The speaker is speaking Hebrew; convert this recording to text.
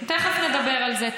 תכף נדבר על זה.